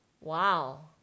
Wow